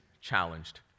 challenged